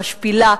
המשפילה,